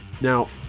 Now